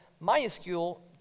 minuscule